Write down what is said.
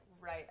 right